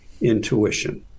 intuition